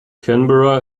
canberra